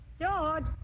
George